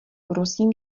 prosím